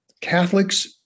Catholics